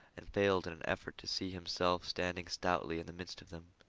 and failed in an effort to see himself standing stoutly in the midst of them.